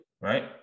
right